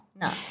No